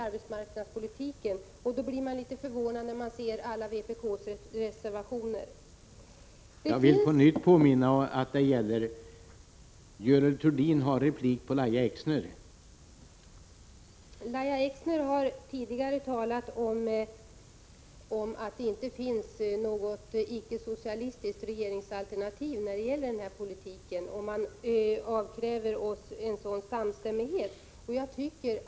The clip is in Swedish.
Det finns som regel en positiv människa, en arbetskamrat eller nadspoliti Creeper Gå arbetsledningen, som står väldigt nära de anställda. De jobbar tillsammans en, m.m. YES Soäea M RA Sar [lt RUN — 6 NRA a ERE a avkräver oss en sådan samstämmighet. Den socialdemokratiska regeringen = Prot.